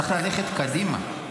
צריך ללכת קדימה.